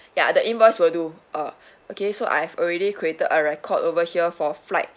ya the invoice will do uh okay so I've already created a record over here for flight